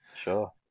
Sure